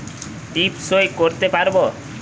টিপ সই করতে পারবো?